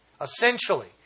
essentially